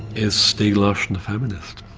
is stieg larsson a feminist?